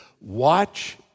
watch